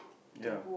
ya